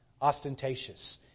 ostentatious